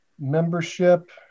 membership